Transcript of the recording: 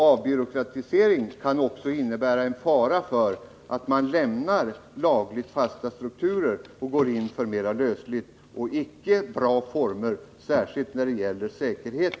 Avbyråkratisering kan även innebära en fara 22 november 1979 för att man lämnar lagligt fasta strukturer och går in för mera lösliga och icke bra former, särskilt när det gäller säkerheten.